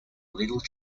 little